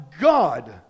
God